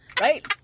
Right